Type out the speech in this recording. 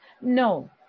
No